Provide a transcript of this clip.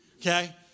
okay